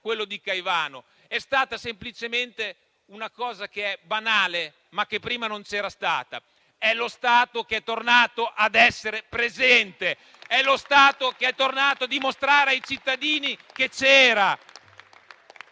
quello di Caivano. È stata semplicemente un'iniziativa banale, sì, ma che prima non c'era stata. È lo Stato che è tornato a essere presente. È lo Stato che è tornato a dimostrare ai cittadini di esserci.